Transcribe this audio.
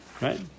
Right